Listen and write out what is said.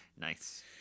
Nice